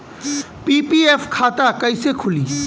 PPF खाता कैसे खुली?